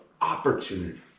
opportunity